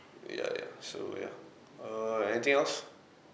ya ya so ya err anything else